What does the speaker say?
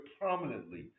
prominently